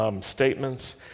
statements